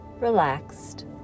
relaxed